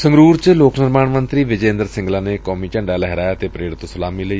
ਸੰਗਰੁਰ ਚ ਲੋਕ ਨਿਰਮਾਣ ਮੰਤਰੀ ਵਿਜੈ ਇੰਦਰ ਸਿੰਗਲਾ ਨੇ ਕੌਮੀ ਝੰਡਾ ਲਹਿਰਾਇਆ ਅਤੇ ਪਰੇਡ ਤੌਂ ਸਲਾਮੀ ਲਈ